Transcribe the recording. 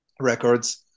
Records